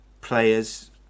players